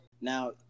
now